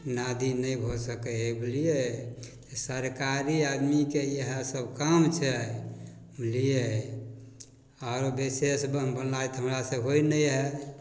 नादि नहि भऽ सकै हइ बुझलिए तऽ सरकारी आदमीके इएहसब काम छै बुझलिए आओर विशेष बनबनाइत तऽ हमरासँ होइ नहि हइ